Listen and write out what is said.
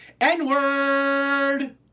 N-word